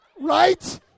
Right